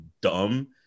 dumb